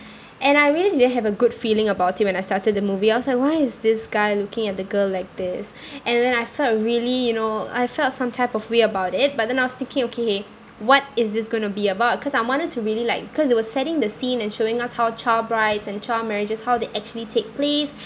and I really didn't have a good feeling about him when I started the movie I was like why is this guy looking at the girl like this and then I felt really you know I felt some type of way about it but then I was thinking oK what is this going to be about cause I wanted to really like because they were setting the scene and showing us how child brides and child marriages how they actually take place